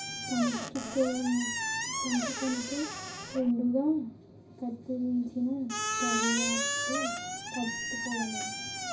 పంచకొనితే రెండుగా కత్తిరించిన తరువాతేయ్ కట్టుకోగలం